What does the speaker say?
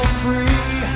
free